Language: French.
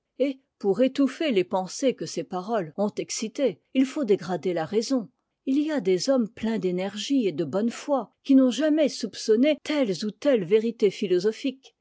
pour étouffer les pensées que ces paroles ont excitées il faut dégrader la raison h y a des hommes pleins d'énergie et de bonne foi qui n'ont jamais soupeonné telles ou telles vérités philosophiques